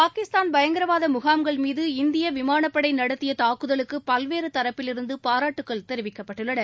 பாகிஸ்தான் பயங்கரவாத முகாம்கள் மீது இந்திய விமானப்படை நடத்திய தாக்குதலுக்கு பல்வேறு தரப்பிலிருந்து பாராட்டுகள் தெரிவிக்கப்பட்டுள்ளன